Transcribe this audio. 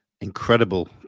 incredible